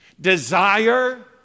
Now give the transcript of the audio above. Desire